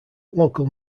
local